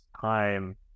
time